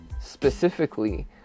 specifically